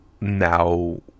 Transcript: now